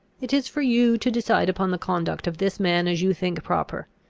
it is for you to decide upon the conduct of this man as you think proper.